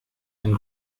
ein